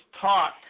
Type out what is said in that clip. taught